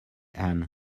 ann